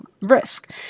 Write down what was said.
risk